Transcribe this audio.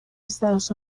estados